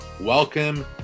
Welcome